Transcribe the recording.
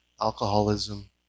alcoholism